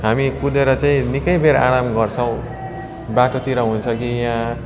हामी कुदेर चाहिँ निकै बेर आराम गर्छौँ बाटोतिर हुन्छ कि यहाँ